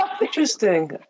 Interesting